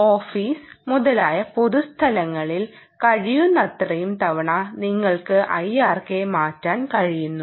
അതിനാൽ ഓഫീസ് മുതലായ പൊതു സ്ഥലങ്ങളിൽ കഴിയുന്നത്രയും തവണ നിങ്ങൾക്ക് IRK മാറ്റാൻ കഴിയുന്നു